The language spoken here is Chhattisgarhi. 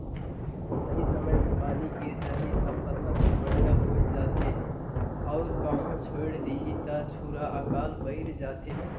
सही समय मे पानी गिर जाथे त फसल हर बड़िहा होये जाथे अउ कहो छोएड़ देहिस त झूरा आकाल पइर जाथे